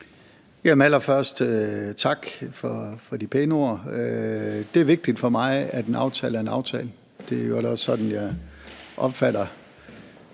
Allerførst tak for de pæne ord. Det er vigtigt for mig, at en aftale er en aftale. Det er i øvrigt også sådan, jeg opfatter